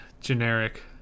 generic